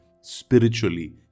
spiritually